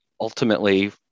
ultimately